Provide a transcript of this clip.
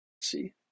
see